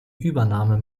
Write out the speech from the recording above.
übernahme